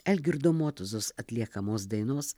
algirdo motuzos atliekamos dainos